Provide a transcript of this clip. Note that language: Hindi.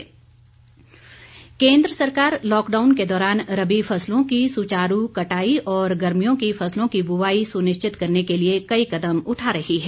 रबी फसलें केन्द्र सरकार लॉकडाउन के दौरान रबी फसलों की सुचारू कटाई और गर्मियों की फसलों की बुआई सुनिश्चित करने के लिए कई कदम उठा रही है